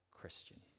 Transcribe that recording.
Christian